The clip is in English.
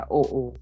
oo